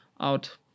out